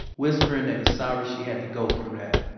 whispering that he's sorry she had to go through that.